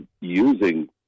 using